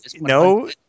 No